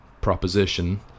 proposition